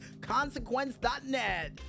Consequence.net